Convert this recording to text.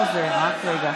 בושה לכם.